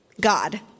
God